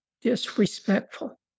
disrespectful